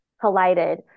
collided